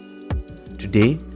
Today